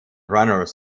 runners